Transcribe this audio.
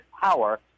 power